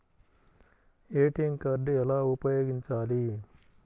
ATM card ఎలా ఉపయోగించాలి?